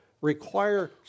require